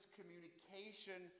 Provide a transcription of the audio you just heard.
communication